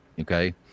okay